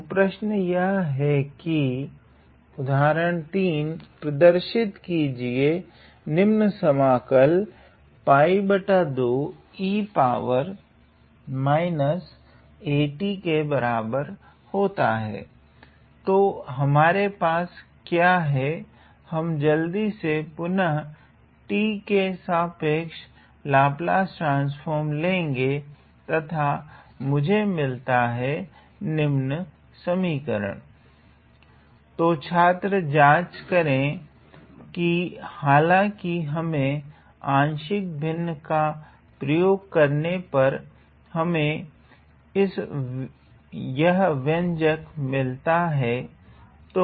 तो प्रश्न यह है कि उदाहरण 3 प्रदर्शित कीजिए तो हमारे पास क्या है हम जल्दी से पुनः t के सापेक्ष लाप्लास ट्रान्स्फ़ोर्म लेगे तथा मुझे मिलता हैं तो छात्र जांच करे कि हालांकि हमे आंशिक भिन्न का प्रयोग करने पर हमे यह व्यंजक मिलता है